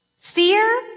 Fear